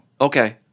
Okay